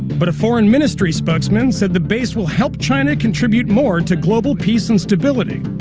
but a foreign ministry spokesman said the base will help china contribute more to global peace and stability.